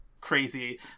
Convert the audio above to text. crazy